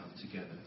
together